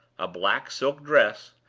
a black silk dress,